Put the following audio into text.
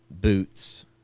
boots